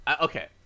Okay